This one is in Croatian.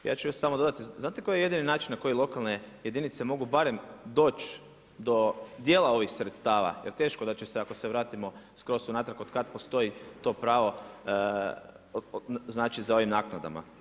Ja ću još samo dodati, znate na koji je jedini način na koje lokalne jedinice mogu barem doći do dijela ovih sredstava, jer teško da će se ako se vratimo skroz unatrag od kada postoji to pravo za ovim naknadama.